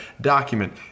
document